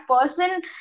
person